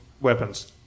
weapons